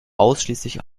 ausschließlich